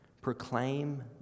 Proclaim